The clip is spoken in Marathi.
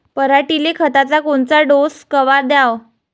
पऱ्हाटीले खताचा कोनचा डोस कवा द्याव?